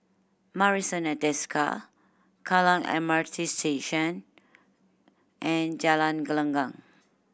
Marrison at Desker Kallang M R T Station and Jalan Gelenggang